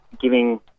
giving